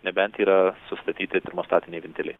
nebent yra sustatyti termostatiniai vintiliai